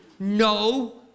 No